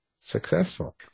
successful